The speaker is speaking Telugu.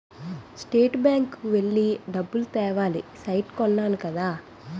స్టేట్ బ్యాంకు కి వెళ్లి డబ్బులు తేవాలి సైట్ కొన్నాను కదా